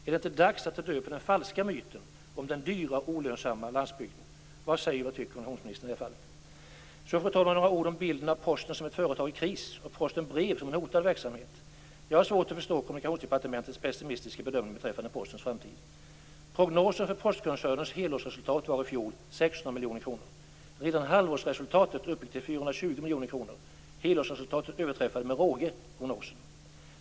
Är det inte dags att ta död på den falska myten om den dyra och olönsamma landsbygden? Vad säger och tycker kommunikationsministern? Sedan, fru talman, vill jag säga några ord om bilden av Posten som ett företag i kris och Posten Brev som en hotad verksamhet. Jag har svårt att förstå Kommunikationsdepartementets pessimistiska bedömning beträffande Postens framtid. Prognosen för koncernen Postens helårsresultat var i fjol 600 miljoner kronor. Redan halvårsresultatet uppgick till 420 miljoner kronor. Helårsresultatet överträffade med råge prognosen.